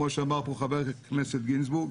כמו שאמר פה חבר הכנסת גינזבורג,